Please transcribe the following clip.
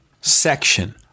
section